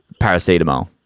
paracetamol